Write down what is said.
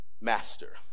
Master